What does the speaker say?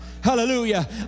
Hallelujah